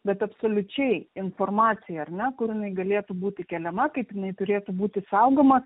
bet absoliučiai informacija ar ne kur jinai galėtų būti keliama kaip jinai neturėtų būti saugoma